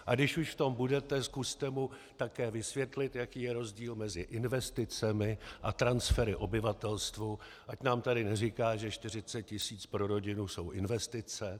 A když už v tom budete, zkuste mu také vysvětlit, jaký je rozdíl mezi investicemi a transfery obyvatelstvu, ať nám tady neříká, že 40 tisíc pro rodinu jsou investice.